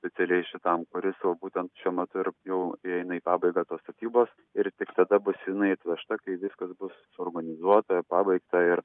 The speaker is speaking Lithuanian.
specialiai šitam kuris jau būtent šiuo metu ir jau eina į pabaigą tos statybos ir tik tada bus jinai atvežta kai viskas bus suorganizuota pabaigta ir